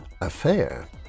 affair